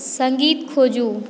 संगीत खोजू